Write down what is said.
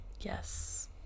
Yes